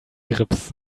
grips